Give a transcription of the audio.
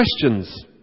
questions